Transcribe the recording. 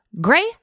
Gray